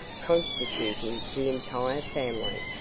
constituting the entire family.